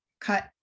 cut